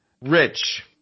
Rich